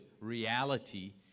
reality